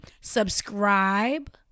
subscribe